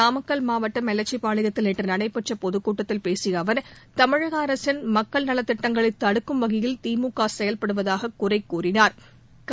நாமக்கல் மாவட்டம் எலச்சிபாளையத்தில் நேற்று நடைபெற்ற பொதுக்கூட்டத்தில் பேசிய அவர் தமிழக அரசின் மக்கள் நலத்திட்டங்களை தடுக்கும் வகையில் திமுக செயல்படுவதாக குறை கூறினாா்